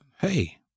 hey